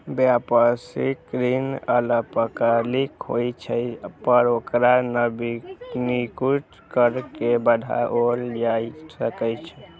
व्यावसायिक ऋण अल्पकालिक होइ छै, पर ओकरा नवीनीकृत कैर के बढ़ाओल जा सकै छै